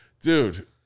dude